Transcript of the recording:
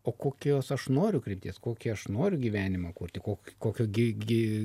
o kokios aš noriu krypties kokį aš noriu gyvenimą kurti ko kokio gi gi